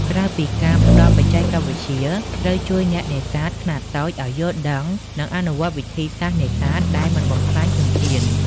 ក្រៅពីការផ្តល់បច្ចេកវិទ្យា ត្រូវជួយអ្នកនេសាទខ្នាតតូចឲ្យយល់ដឹង និងអនុវត្តន៍វិធីសាស្ត្រនេសាទដែលមិនបំផ្លាញធនធាន។